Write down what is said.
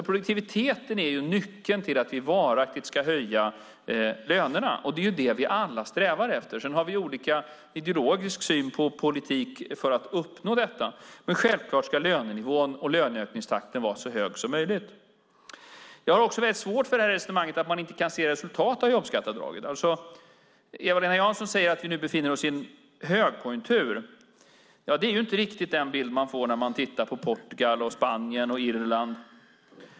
Produktiviteten är ju nyckeln till att vi varaktigt ska höja lönerna. Det är det vi alla strävar efter. Sedan har vi olika ideologisk syn på politik för att uppnå detta, men självklart ska lönenivån och löneökningstakten vara så hög som möjligt. Jag har också väldigt svårt för resonemanget att man inte kan se resultat av jobbskatteavdragen. Eva-Lena Jansson säger att vi nu befinner oss i en högkonjunktur. Det är inte riktigt den bild man får när man tittar på Portugal, Spanien och Irland.